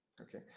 okay